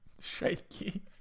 Shaky